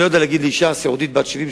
אני לא יכול להגיד לאשה סיעודית בת 70,